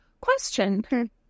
Question